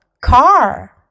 car